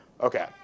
okay